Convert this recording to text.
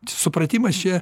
supratimas čia